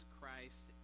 Christ